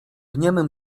niemym